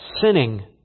sinning